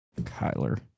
Kyler